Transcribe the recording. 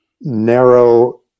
narrow